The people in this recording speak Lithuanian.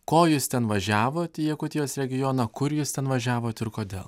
ko jūs ten važiavot į jakutijos regioną kur jūs ten važiavote ir kodėl